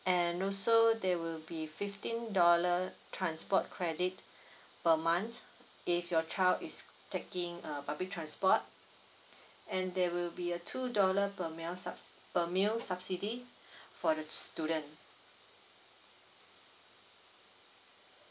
and also there will be fifteen dollar transport credit per month if your child is taking a public transport and there will be a two dollar per meal sub~ per meals subsidy for the student